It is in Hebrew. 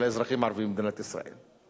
של האזרחים הערבים במדינת ישראל.